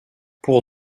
pour